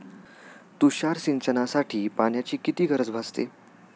तुषार सिंचनासाठी पाण्याची किती गरज भासते?